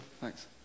Thanks